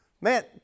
Man